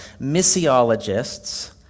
missiologists